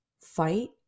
fight